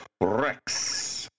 Rex